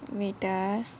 wait ah